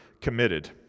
committed